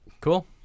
Cool